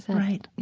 right